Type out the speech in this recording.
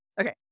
Okay